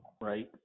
Right